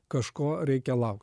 kažko reikia laukt